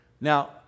Now